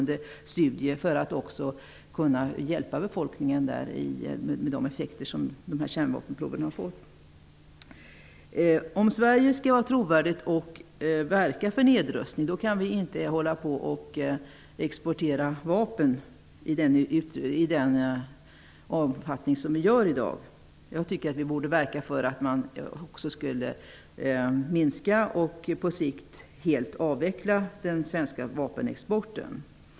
Där skulle man kunna hjälpa befolkningen med de effekter som kärnvapenproven har gett. Om Sverige skall kunna vara trovärdigt och verka för nedrustning, kan Sverige inte hålla på och exportera vapen i den omfattning som görs i dag. Sverige borde verka för att minska och på sikt också helt avveckla den svenska vapenexporten.